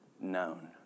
known